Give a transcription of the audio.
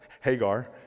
Hagar